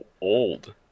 old